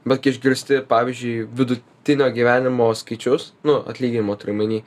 bet kai išgirsti pavyzdžiui vidutinio gyvenimo skaičius nu atlyginimo turiu omeny